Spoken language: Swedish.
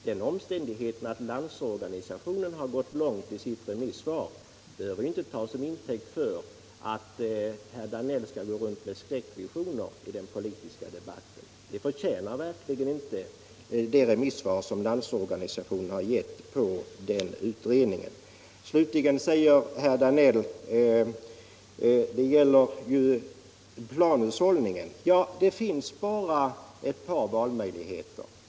Den omständigheten att Landsorganisationen har gått långt i sitt remissvar behöver herr Danell inte använda som skäl för att sprida skräckvisioner i den politiska debatten. Det förtjänar verkligen inte det remissvar som Landsorganisationen har gett på den utredningen. Slutligen säger herr Danell att det gäller planhushållning. Det finns bara ett par valmöjligheter.